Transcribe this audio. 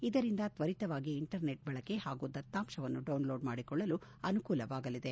ಇದರಿಂದ ತ್ವರಿತವಾಗಿ ಇಂಟರ್ನೆಟ್ ಬಳಕೆ ಹಾಗೂ ದತ್ತಾಂಶವನ್ನು ಡೌನ್ಲೋಡ್ ಮಾಡಿಕೊಳ್ಳಲು ಅನುಕೂಲವಾಗಲಿದೆ